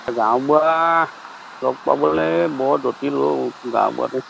গাঁওবুঢ়াক লগ পাবলৈ বৰ জটিল অ' গাঁওবুঢ়াটো